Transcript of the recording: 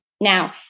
Now